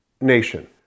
nation